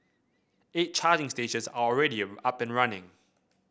eight charging stations are already up and running